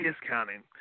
discounting